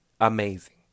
Amazing